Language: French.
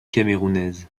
camerounaise